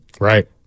right